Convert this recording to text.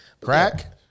crack